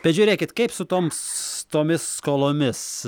bet žiūrėkit kaip su toms tomis skolomis